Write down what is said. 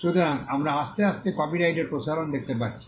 সুতরাং আমরা আস্তে আস্তে কপিরাইটের প্রসারণ দেখতে পাচ্ছি